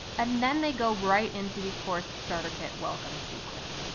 and then they go right into the course starter kit welcome sequence.